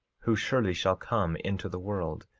who surely shall come into the world,